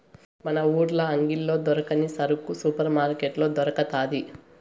మన ఊర్ల అంగిల్లో దొరకని సరుకు సూపర్ మార్కట్లో దొరకతాది